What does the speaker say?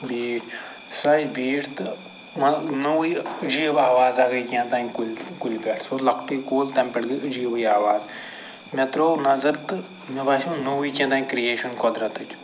بیٚیہِ سۅے بیٖٹھ تہٕ نٔوٕے عجیٖب آوازا گٔے کیٛاہتانۍ کُل کُلہِ پٮ۪ٹھ سُہ اوس لۄکٔٹُے کُل تمہِ پٮ۪ٹھ گٔے عجیٖبٕے آواز مےٚ ترٛوو نظر تہٕ مےٚ باسٮ۪و نوٚوُے کیٛاہتانۍ کِرٛیشَن قۄدرَتٕچ